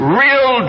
real